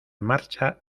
marcha